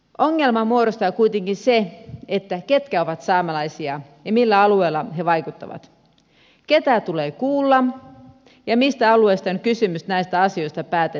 ongelman muodostaa kuitenkin se ketkä ovat saamelaisia ja millä alueella he vaikuttavat ketä tulee kuulla ja mistä alueista on kysymys näistä asioista päätettäessä